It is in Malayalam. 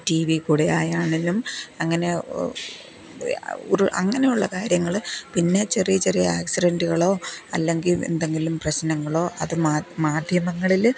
ടിവി കുടെ ആയാലും അങ്ങനെ ഒരു അങ്ങനെയുള്ള കാര്യങ്ങൾ പിന്നെ ചെറിയ ചെറിയ ആക്സിഡൻ്റുകളോ അല്ലെങ്കിൽ എന്തെങ്കിലും പ്രശ്നങ്ങളോ അത് മാധ്യമങ്ങളിൽ